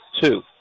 two